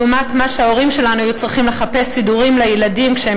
לעומת הסידורים לילדים שההורים שלנו היו